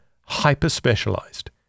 hyper-specialized